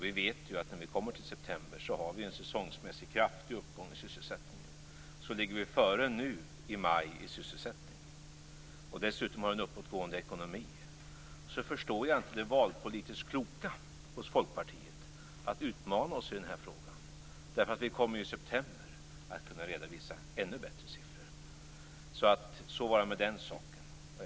Vi vet att i september finns en säsongsmässig kraftig uppgång i sysselsättningen. Om vi nu ligger före i sysselsättning i maj, och dessutom har en uppåtgående ekonomi, förstår jag inte det valpolitiskt kloka hos Folkpartiet att utmana oss i den frågan. I september kommer vi att kunna redovisa ännu bättre siffror. Så var det med den saken.